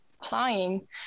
applying